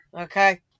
Okay